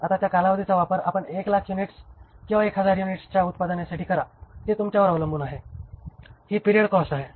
आता त्या इमारतीचा वापर 1 लाख युनिट्स किंवा 1000 युनिट्सच्या उत्पादनासाठी करा जे तुमच्यावर अवलंबून आहेत ही पिरियड कॉस्ट आहे